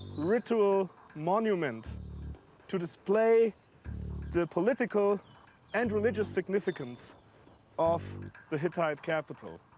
ritual monument to display the political and religious significance of the hittite capital.